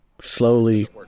slowly